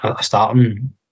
starting